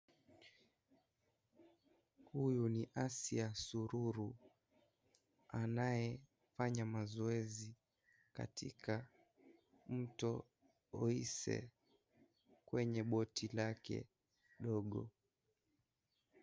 Huyu ni Asia Sururu anayefanya mazoezi katika mto Oise katika boti lake dogo.